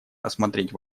рассмотреть